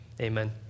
amen